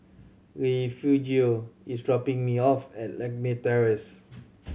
Refugio is dropping me off at Lakme Terrace